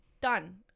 done